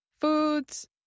Foods